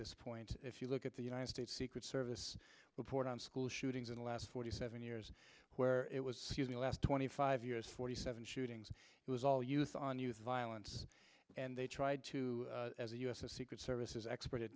this point if you look at the united states secret service report on school shootings in the last forty seven years where it was the last twenty five years forty seven shootings was all youth on youth violence and they tried to us the secret service is expert at